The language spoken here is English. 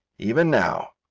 even now,